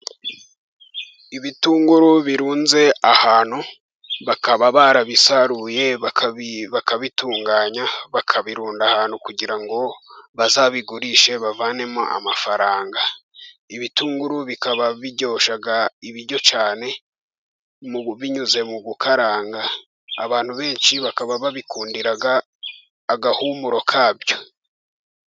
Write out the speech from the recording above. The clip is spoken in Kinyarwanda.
Ibitunguru birunze ahantu. Bakaba barabisaruye bakabitunganya, bakabirunda ahantu kugira ngo bazabigurishe bavanemo amafaranga. Ibitunguru bikaba biryosha ibiryo cyane, binyuze mu gukaranga, abantu benshi bakaba babikundira agahumuro kabyo.